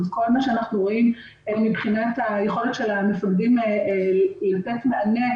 כל מה שאנחנו רואים מבחינת יכולת המפקדים לתת מענה,